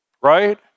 right